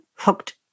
Hooked